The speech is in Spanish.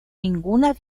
ninguna